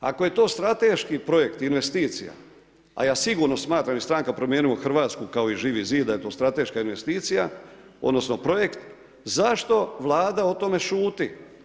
Ako je to strateški projekt, investicija, a ja sigurno smatram i stranka Promijenimo Hrvatsku, kao i Živi zid da je to strateška investicija, odnosno, projekt, zašto Vlada o tome šuti?